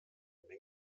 menge